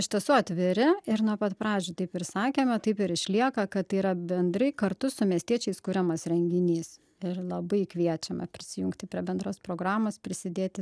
iš tiesų atviri ir nuo pat pradžių taip ir sakėme taip ir išlieka kad tai yra bendrai kartu su miestiečiais kuriamas renginys ir labai kviečiame prisijungti prie bendros programos prisidėti